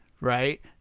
right